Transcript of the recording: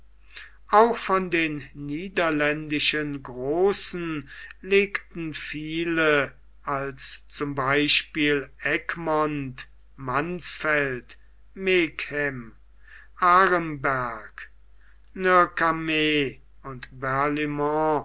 auch von den niederländischen großen legten viele als z b egmont mansfeld megen aremberg noircarmes und